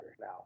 now